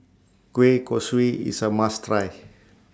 Kueh Kosui IS A must Try